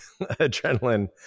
adrenaline